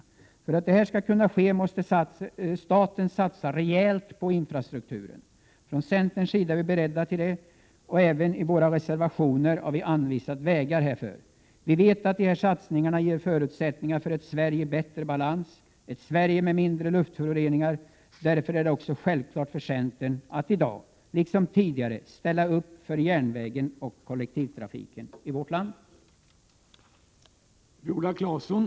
Men för att detta skall kunna ske måste staten satsa rejält på infrastrukturen. Vi i centern är beredda att stödja ett sådant arbete. I våra reservationer har vi anvisat vägar härför. Vi vet att sådana här satsningar ger förutsättningar för ett Sverige i bättre balans och ett Sverige med mindre luftföroreningar. Därför är det också självklart för oss i centern att i dag, liksom tidigare, ställa upp för järnvägen och kollektivtrafiken i vårt land.